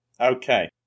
Okay